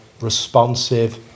responsive